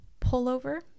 pullover